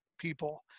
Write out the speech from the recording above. people